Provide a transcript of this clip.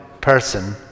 person